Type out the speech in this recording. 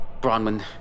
Bronwyn